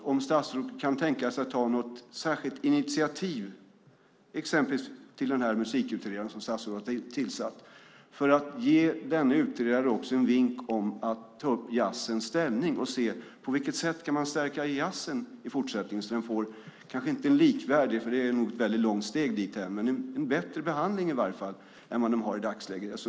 Jag undrar om statsrådet kan tänka sig att ta något särskilt initiativ när det gäller den här musikutredaren som statsrådet har tillsatt för att ge denne en vink om att ta upp jazzens ställning och se på vilket sätt man kan stärka jazzen i fortsättningen så att den får, kanske inte en likvärdig, för det är nog ett väldigt långt steg, men i varje fall en bättre behandling än vad den får i dagsläget.